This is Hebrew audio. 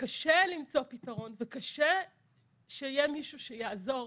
קשה למצוא פתרון וקשה שיהיה מישהו שיעזור.